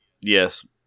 Yes